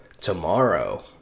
tomorrow